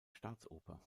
staatsoper